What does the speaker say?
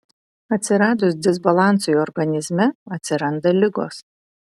atsiradus disbalansui organizme atsiranda ligos